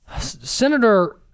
senator